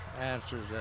answers